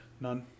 None